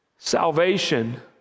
Salvation